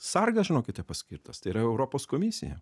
sargas žinokite paskirtas tai yra europos komisija